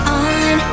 on